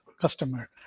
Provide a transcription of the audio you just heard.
customer